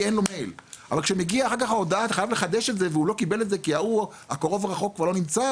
אבל כשמגיעה ההודעה שאתה צריך לחדש את זה כי הקרוב רחוק כבר לא נמצא,